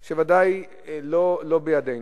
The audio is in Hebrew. שהוא בוודאי לא בידינו,